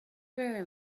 very